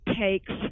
takes